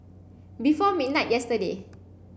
before midnight yesterday